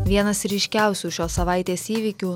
vienas ryškiausių šios savaitės įvykių